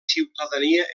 ciutadania